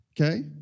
Okay